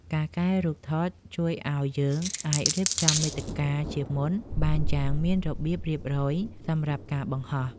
ការកែរូបថតជួយឱ្យយើងអាចរៀបចំមាតិកាជាមុនបានយ៉ាងមានរបៀបរៀបរយសម្រាប់ការបង្ហោះ។